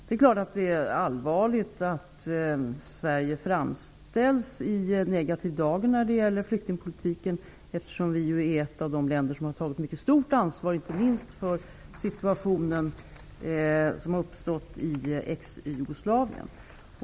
Det är naturligtvis allvarligt att Sverige framställs i negativ dager när det gäller flyktingpolitiken, eftersom vi är ett av de länder som har tagit ett mycket stort ansvar, inte minst inför den situation som har uppstått i ex-Jugoslavien.